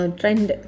trend